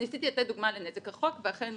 ניסיתי לתת דוגמה לנזק רחוק, ואכן,